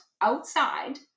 outside